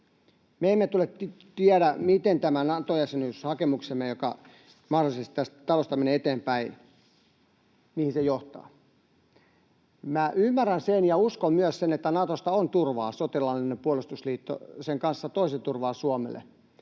Me emme tiedä, mihin tämä Nato-jäsenyyshakemuksemme, joka mahdollisesti tästä talosta menee eteenpäin, johtaa. Minä ymmärrän sen ja uskon myös sen, että Natosta on turvaa. Sotilaallinen puolustusliitto sen kanssa toisi turvaa Suomelle.